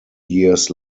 years